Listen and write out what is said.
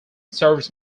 serves